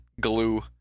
glue